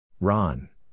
Ron